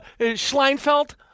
Schleinfeld